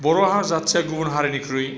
बर' जाथिया गुबुन हारिनिख्रुइ